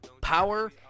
Power